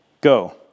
go